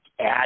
add